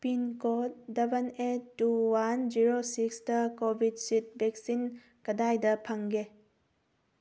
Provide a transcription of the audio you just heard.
pin code double eight two one zero six Covishield vaccine ꯀꯗꯥꯏꯗ ꯐꯪꯒꯦ